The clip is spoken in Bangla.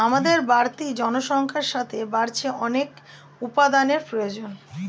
আমাদের বাড়তি জনসংখ্যার সাথে বাড়ছে অনেক উপাদানের প্রয়োজন